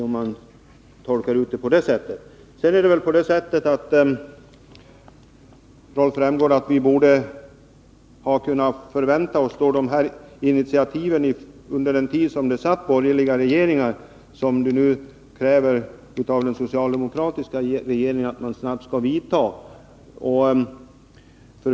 Sedan borde vi under den tid det satt borgerliga regeringar ha kunnat förvänta oss de initiativ som Rolf Rämgård nu kräver att den socialdemo kratiska regeringen snabbt skall ta.